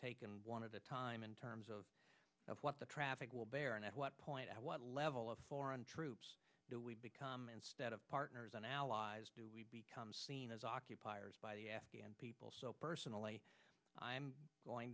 taken one of the time in terms of what the traffic will bear and at what point at what level of foreign troops do we become instead of partners and allies do we become seen as occupiers by the afghan people so personally i'm going